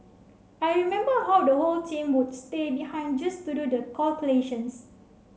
I remember how the whole team would stay behind just to do the calculations